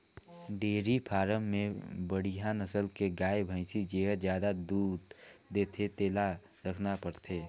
dairy farm में बड़िहा नसल के गाय, भइसी जेहर जादा दूद देथे तेला रखना परथे